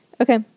Okay